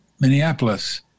Minneapolis